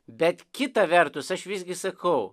bet kita vertus aš visgi sakau